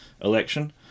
election